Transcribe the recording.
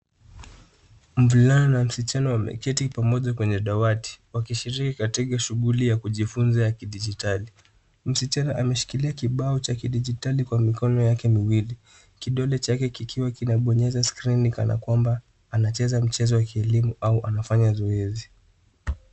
Mvulana na msichana wameketi pamoja kwenye dawati wakishiriki katika shughuli ya kujifunza ya kidijitali. Msichana ameshikilia kibao cha kidijitali kwa mikono yake miwili. Kidole chake kikiwa kinabonyeza skrini kana kwamba anacheza mchezo wa kielimu au anafanya zoezi.